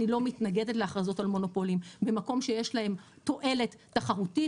אני לא מתנגדת להכרזות על מונופולים במקום שיש להם תועלת תחרותית.